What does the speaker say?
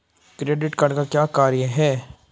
Credit card का क्या कार्य है?